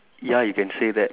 ya you can say that